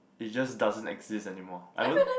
it just doesn't exist anymore I don't